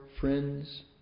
friends